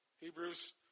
Hebrews